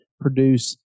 produce